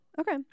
Okay